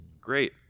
Great